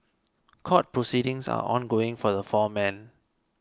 court proceedings are ongoing for the four men